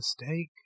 mistake